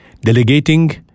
delegating